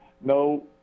No